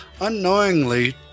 Unknowingly